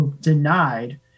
denied